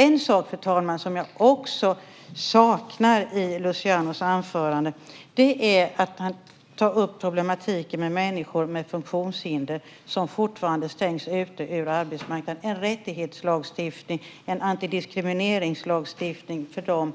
En sak, fru talman, som jag också saknar i Lucianos anförande, när han tar upp problematiken med människor med funktionshinder som fortfarande stängs ute från arbetsmarknaden, är en rättighetslagstiftning, en antidiskrimineringslagstiftning för dem,